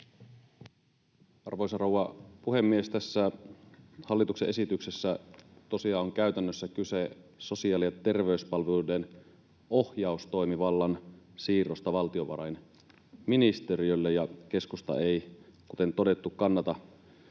Arvoisa rouva puhemies! Tässä hallituksen esityksessä tosiaan on käytännössä kyse sosiaali- ja terveyspalveluiden ohjaustoimivallan siirrosta valtiovarainministeriölle, ja keskusta ei, kuten todettu, kannata